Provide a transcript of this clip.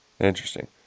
Interesting